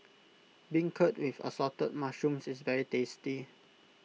Beancurd with Assorted Mushrooms is very tasty